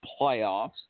playoffs